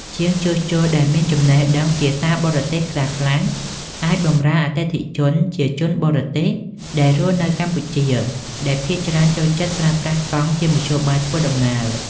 ជាងជួសជុលដែលមានចំណេះដឹងភាសាបរទេសខ្លះៗ អាចបម្រើអតិថិជនជាជនបរទេសដែលរស់នៅកម្ពុជា ដែលភាគច្រើនចូលចិត្តប្រើប្រាស់កង់ជាមធ្យោបាយធ្វើដំណើរ។